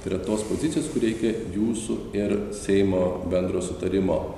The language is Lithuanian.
tau yra tos pozicijos kur reikia jūsų ir seimo bendro sutarimo